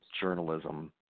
journalism